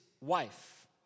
wife